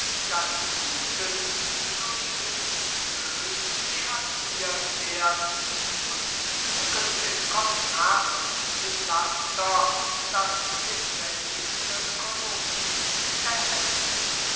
daß die guten durch die bösen schattirt werden und die tugend im kontraste mit dem laster das lebendigste kolorit erhält